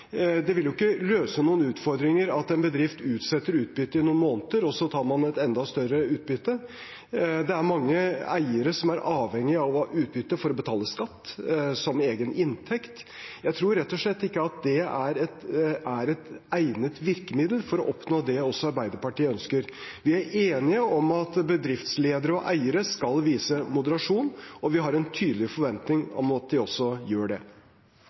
Det vil jo ikke løse noen utfordringer at en bedrift utsetter utbyttet i noen måneder og så tar et enda større utbytte. Det er mange eiere som er avhengige av å ha utbytte for å betale skatt, som egen inntekt. Jeg tror rett og slett ikke at det er et egnet virkemiddel for å oppnå det også Arbeiderpartiet ønsker. Vi er enige om at bedriftsledere og eiere skal vise moderasjon, og vi har en tydelig forventning om at de også gjør det.